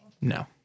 no